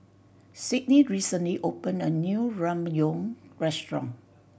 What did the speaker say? Sidney recently opened a new Ramyeon Restaurant